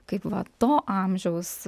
kaip va to amžiaus